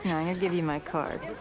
yeah gonna give you my card,